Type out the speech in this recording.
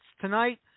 tonight